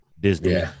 Disney